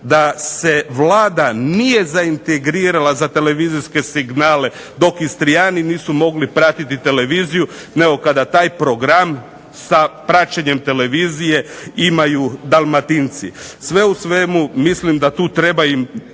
da se Vlada nije zaintegrirala za televizijske signale dok Istrijani nisu mogli pratiti televiziju, nego kada taj program sa praćenjem televizije imaju Dalmatinci. Sve u svemu mislim da tu treba im